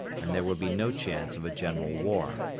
and there would be no chance of a general war.